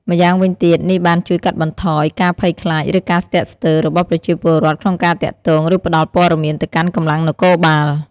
ម្យ៉ាងវិញទៀត នេះបានជួយកាត់បន្ថយការភ័យខ្លាច ឬការស្ទាក់ស្ទើររបស់ប្រជាពលរដ្ឋក្នុងការទាក់ទង ឬផ្ដល់ព័ត៌មានទៅកាន់កម្លាំងនគរបាល។